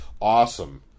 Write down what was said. Awesome